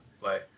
play